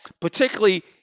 particularly